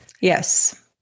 Yes